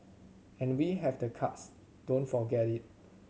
and we have the cards don't forget it